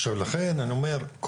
לכן אני אומר,